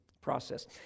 process